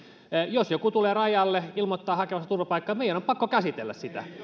jos joku tulee rajalle ilmoittaa hakevansa turvapaikkaa meidän on pakko käsitellä sitä